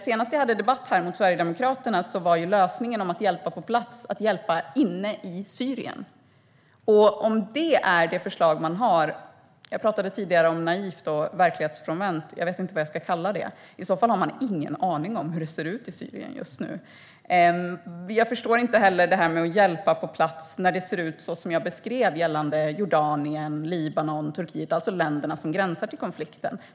Senast jag debatterade med Sverigedemokraterna här var lösningen för att hjälpa på plats att hjälpa inne i Syrien. Om det är det förslag man har vet jag inte vad jag ska kalla det - jag pratade tidigare om naivt och verklighetsfrånvänt. I så fall har man ingen aning om hur det ser ut i Syrien just nu. Jag förstår heller inte det här med att hjälpa på plats när det ser ut så som jag beskrev det gällande Jordanien, Libanon och Turkiet, alltså de länder som gränsar till konflikten.